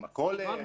מכולת,